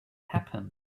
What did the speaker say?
happen